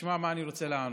תשמע מה אני רוצה לענות.